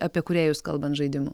apie kūrėjus kalbant žaidimų